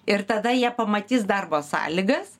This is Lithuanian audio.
ir tada jie pamatys darbo sąlygas